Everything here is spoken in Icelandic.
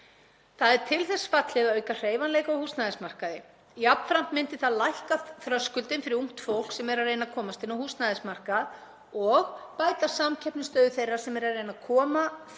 Það er til þess fallið að auka hreyfanleika á húsnæðismarkaði. Jafnframt myndi það lækka þröskuldinn fyrir ungt fólk sem er að reyna að komast inn á húsnæðismarkað og bæta samkeppnisstöðu þeirra sem eru að reyna að koma þaki